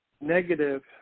negative